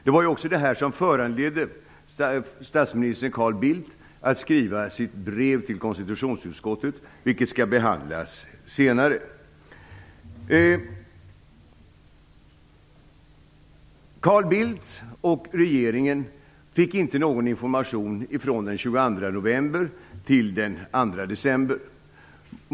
Det var detta som föranledde statsminister Carl Bildt att skriva sitt brev till konstitutionsutskottet, något som skall behandlas senare. Carl Bildt och regeringen fick inte någon information från den 22 november till den 2 december.